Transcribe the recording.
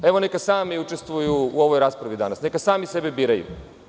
Evo, neka sami učestvuju u ovoj raspravi danas, neka sami sebe biraju.